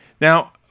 Now